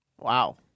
Wow